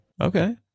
okay